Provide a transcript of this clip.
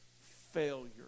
failure